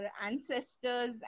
ancestors